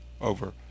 over